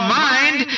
mind